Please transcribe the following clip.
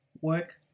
work